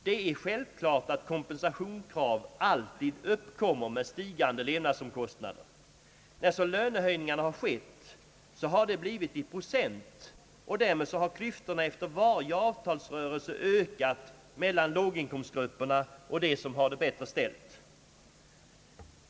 Det är självklart att kompensationskrav alltid uppkommer med stigande levnadskostnader. När så lönehöjningar har gjorts, har det blivit i procent, och därmed har klyftorna efter varje avtalsrörelse ökat mellan låginkomstgrupperna och de som har det bättre ställt.